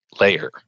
layer